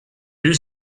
you